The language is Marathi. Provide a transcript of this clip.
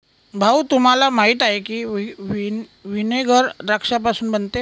भाऊ, तुम्हाला माहीत आहे की व्हिनेगर द्राक्षापासून बनते